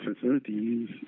facilities